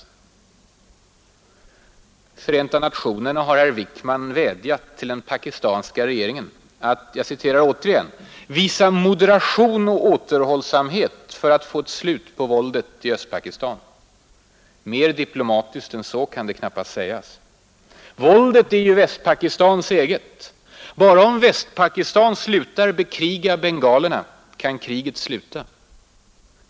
I Förenta nationerna har herr Wickman vädjat till den pakistanska regeringen att ”visa moderation och återhållsamhet för att få ett slut på våldet i Östpakistan”. Mer diplomatiskt än så kan det knappast sägas. Våldet är ju Västpakistans eget. Bara om Västpakistan slutar bekriga bengalerna kan kriget sluta.